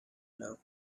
love